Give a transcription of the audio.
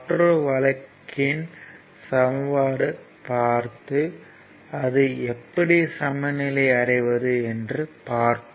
மற்றொரு வழக்கு யின் சமன்பாடுகள் பார்த்து அது எப்படி சமநிலை அடைவது என்று பார்ப்போம்